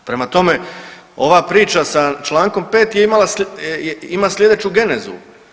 Prema tome, ova priča sa člankom 5. je imala, ima sljedeću genezu.